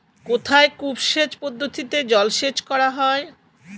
কোথায় কূপ সেচ পদ্ধতিতে জলসেচ করা হয়?